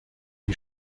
die